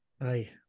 aye